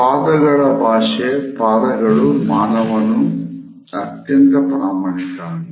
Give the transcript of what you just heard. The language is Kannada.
ಪಾದಗಳ ಭಾಷೆ ಪಾದಗಳು ಮಾನವನ ಅತ್ಯಂತ ಪ್ರಾಮಾಣಿಕ ಅಂಗ